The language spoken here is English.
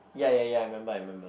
ya ya ya I remember I remember